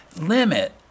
limit